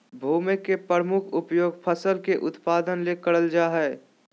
भूमि के प्रमुख उपयोग फसल के उत्पादन ले करल जा हइ